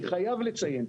אני חייב לציין,